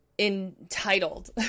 entitled